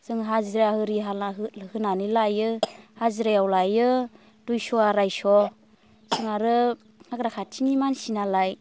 जों हाजिरा इरि हाला होनानै लायो हाजिरायाव लायो दुइस' आरायस' जों आरो हाग्रा खाथिनि मानसि नालाय